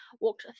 walked